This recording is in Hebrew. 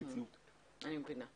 תודה.